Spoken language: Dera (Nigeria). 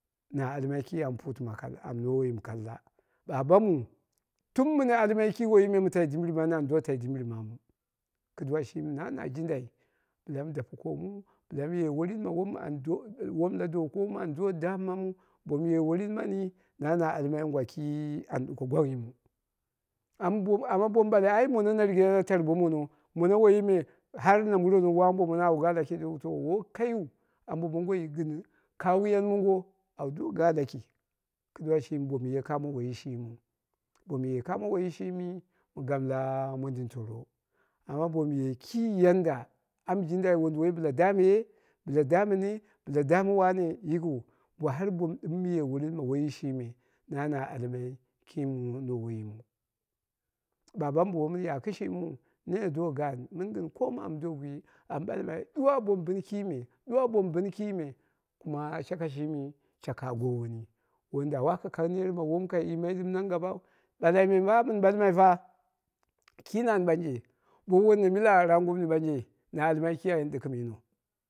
Na almai amu nowe yimu kalla babamu tun mɨn almai ki woiyi mɨ tai dimbɨri mani an do tai dimbɨri maamu, kɨduwa shimi na na jindai mi dape koomu bɨla mɨye worin ma wom an do dammamu bomu ye worin mani na na alma angwa ki an yima gwang yimu amma bomu ɓale auwo mono na rigono na tan bo mono, mono woiyi me har na murono woi ambo mono awu ga la kindiu to woikaiyu ambu mongoi gɨn kaghiyan mongo au ga la kindi ƙiduwa kɨshimi boku kamo woiyi shimiu boku ye kamo woyi shimi mɨ gamu la mondin torro amma bomu ye ki yanda aka jindai wonduwoi bɨla dame ghe bila damene bɨla dame wane yikiu, bo har bo mu ɗɨmi bilam ye worin ma woiyi shi mi na na almai ki mɨ nowe yimu. Babamu bo womɨn ya kɨshimiu do gaan mɨni gɨn koomu amdo kwi am ɓalmai ɗuwa bo mɨ bɨn kime, ɗuwa bomu bɨn kime kuma shakai shimi shaka a goweni, wom da waka kang net ma wom kai yima, ɗɨm nan gabau, ɓalai me ma mɨn ɓalmai ta ki nani ɓanje bowu womo mila raap gumni ɓanje na almai ki ayeni ɗɨgɨm yino.